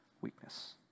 weakness